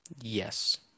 Yes